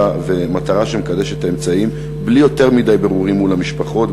ומטרה שמקדשת את האמצעים בלי יותר מדי בירורים מול המשפחות,